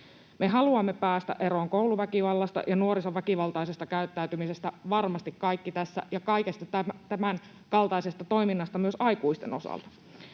haluamme päästä eroon kouluväkivallasta ja nuorison väkivaltaisesta käyttäytymisestä ja kaikesta tämänkaltaisesta toiminnasta myös aikuisten osalta.